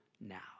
now